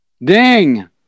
Ding